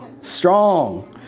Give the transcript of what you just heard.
strong